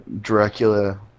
Dracula